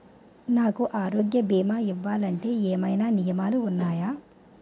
నాకు ఆరోగ్య భీమా ఇవ్వాలంటే ఏమైనా నియమాలు వున్నాయా?